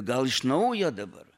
gal iš naujo dabar